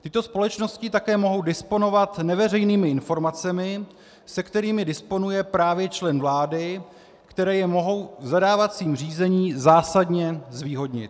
Tyto společnosti také mohou disponovat neveřejnými informacemi, se kterými disponuje právě člen vlády, které je mohou v zadávacím řízení zásadně zvýhodnit.